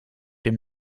dem